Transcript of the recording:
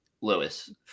Lewis